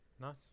Nice